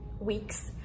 weeks